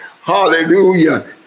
Hallelujah